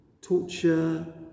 torture